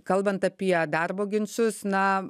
kalbant apie darbo ginčus na